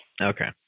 Okay